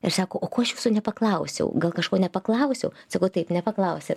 ir sako o ko aš jūsų nepaklausiau gal kažko nepaklausiau sakau taip nepaklausėt